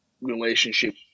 relationship